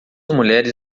mulheres